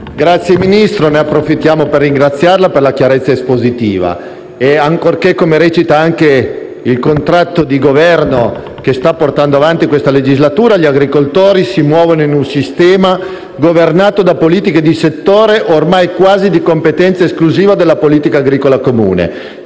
Presidente, approfittiamo per ringraziare il signor Ministro per la chiarezza espositiva, ancorché - come recita anche il contratto di Governo che sta portando avanti questa legislatura - gli agricoltori si muovano in un sistema governato da politiche di settore ormai quasi di competenza esclusiva della Politica agricola comune.